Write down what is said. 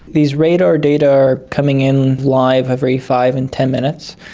these radar data are coming in live every five and ten minutes,